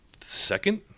second